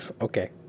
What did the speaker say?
Okay